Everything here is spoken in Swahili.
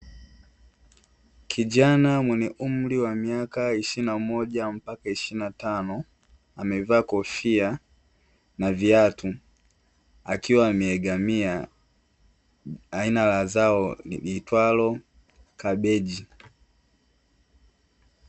Kijana mwenye umri wa miaka ishirini na moja mpaka ishirini na tano amevaa kofia na viatu, akiwa ameegamia aina ya zao liitwalo kabeji.